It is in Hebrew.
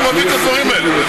מאיפה הוא מביא את הדברים האלה?